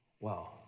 wow